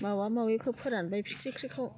मावा माविखौ फोरानबाय फिथिख्रिखौ